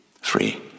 Free